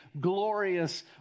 glorious